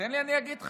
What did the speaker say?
תן לי, אני אגיד לך.